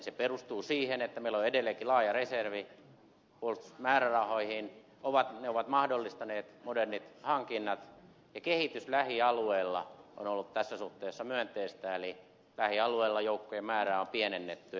se perustuu siihen että meillä on edelleenkin laaja reservi puolustusmäärärahat ovat mahdollistaneet modernit hankinnat ja kehitys lähialueilla on ollut tässä suhteessa myönteistä eli lähialueilla joukkojen määrää on pienennetty